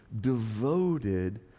devoted